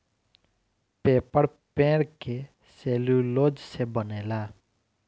paper पेड़ के cellulose से बनेला